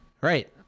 Right